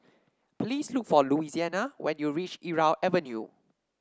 please look for Louisiana when you reach Irau Avenue